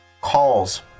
calls